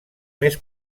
més